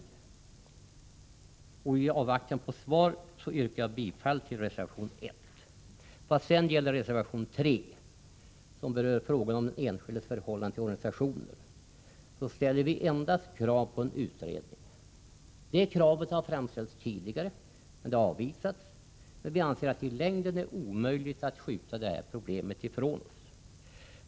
I avvaktan på svar yrkar jag bifall till reservation 1. Vad sedan gäller reservation 3, som berör frågan om den enskildes förhållande till organisationer, ställer vi endast krav på en utredning. Det kravet har framställts tidigare, men det har avvisats. Vi anser att det i längden är omöjligt att skjuta problemet ifrån sig.